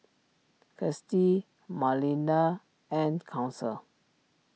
Kirstie Malinda and Council